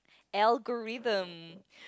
algorithm